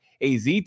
AZ